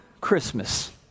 Christmas